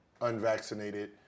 unvaccinated